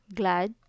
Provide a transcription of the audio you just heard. glad